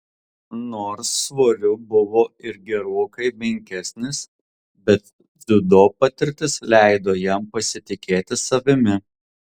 nors svoriu buvo ir gerokai menkesnis bet dziudo patirtis leido jam pasitikėti savimi